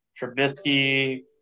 Trubisky